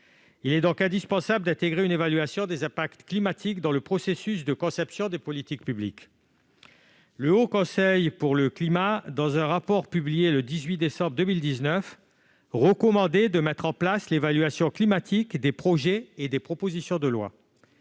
Il est donc indispensable d'intégrer une évaluation des impacts climatiques dans le processus de conception des politiques publiques. Le Haut Conseil pour le climat, dans un rapport publié le 18 décembre 2019, recommandait de mettre en place une telle évaluation climatique des projets et propositions de loi.